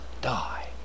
die